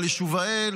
אבל לשובאל